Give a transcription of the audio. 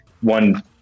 one